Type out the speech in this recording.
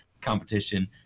competition